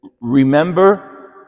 remember